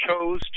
chose